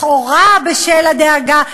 לכאורה בשל הדאגה,